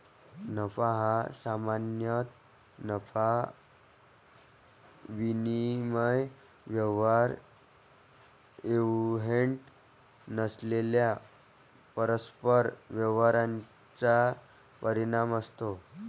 नफा हा सामान्यतः नफा विनिमय व्यवहार इव्हेंट नसलेल्या परस्पर व्यवहारांचा परिणाम असतो